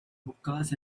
hookahs